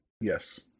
Yes